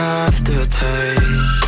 aftertaste